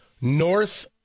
north